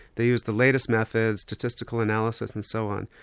they used the latest methods, statistical analysis and so on.